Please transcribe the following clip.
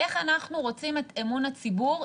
איך אנחנו רוצים את אמון הציבור,